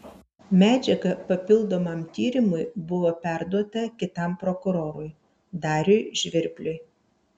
medžiaga papildomam tyrimui buvo perduota kitam prokurorui dariui žvirbliui